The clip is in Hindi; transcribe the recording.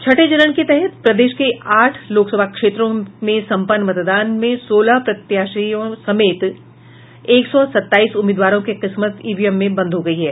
छठे चरण के तहत प्रदेश के आठ लोकसभा क्षेत्रों में सम्पन्न मतदान में सोलह महिला प्रत्याशियों समेत एक सौ सताईस उम्मीदवारों की किस्मत ईवीएम में बंद हो गयी है